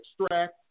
extract